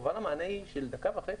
החובה למענה היא דקה וחצי.